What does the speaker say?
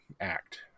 act